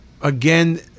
Again